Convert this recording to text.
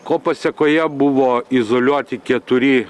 ko pasekoje buvo izoliuoti keturi